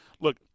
Look